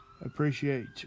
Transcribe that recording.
appreciate